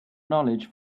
knowledge